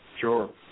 sure